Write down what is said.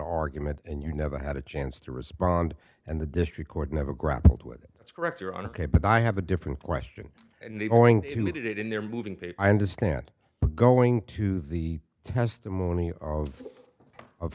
argument and you never had a chance to respond and the district court never grappled with it that's correct you're on a case but i have a different question and they going to get it in their moving i understand we're going to the testimony of of